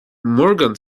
morgan